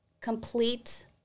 complete